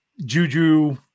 Juju